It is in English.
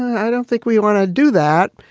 i don't think we want to do that.